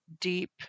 deep